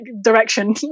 direction